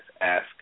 ask